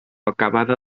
acabada